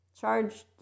charged